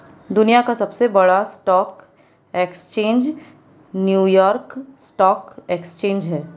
दुनिया का सबसे बड़ा stock exchange New York stock exchange है